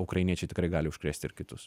ukrainiečiai tikrai gali užkrėsti ir kitus